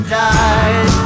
died